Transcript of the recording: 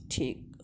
ठीक